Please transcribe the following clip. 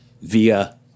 via